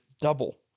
double